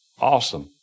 awesome